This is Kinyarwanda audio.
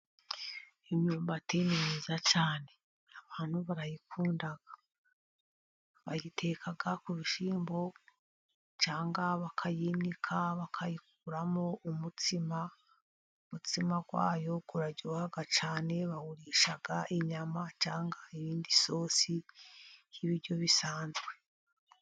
Imyumbati ni myiza cyane abantu barayikunda, bayiteka ku bishyimbo cyangwa bakayinika bakayikuramo umutsima. Umutsima wayo uraryoha cyane bawurisha inyama, cyangwa iyindi sosi y'ibiryo bisanzwe.